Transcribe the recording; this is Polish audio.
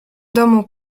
domu